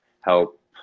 help